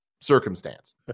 circumstance